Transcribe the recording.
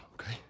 okay